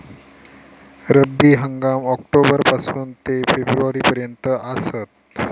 रब्बी हंगाम ऑक्टोबर पासून ते फेब्रुवारी पर्यंत आसात